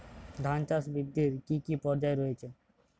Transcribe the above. ধান চাষ বৃদ্ধির কী কী পর্যায় রয়েছে?